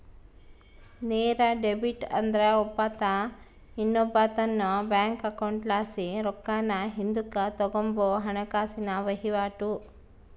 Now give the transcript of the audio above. ನೇರ ಡೆಬಿಟ್ ಅಂದ್ರ ಒಬ್ಬಾತ ಇನ್ನೊಬ್ಬಾತುನ್ ಬ್ಯಾಂಕ್ ಅಕೌಂಟ್ಲಾಸಿ ರೊಕ್ಕಾನ ಹಿಂದುಕ್ ತಗಂಬೋ ಹಣಕಾಸಿನ ವಹಿವಾಟು